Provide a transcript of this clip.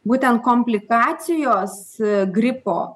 būtent komplikacijos gripo